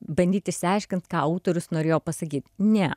bandyt išsiaiškint ką autorius norėjo pasakyt ne